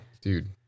dude